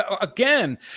Again